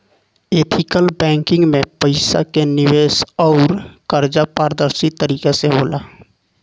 ethical banking में पईसा के निवेश अउर कर्जा पारदर्शी तरीका से होला